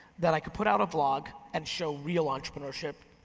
that i could put out a vlog and show real entrepreneurship,